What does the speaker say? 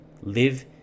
live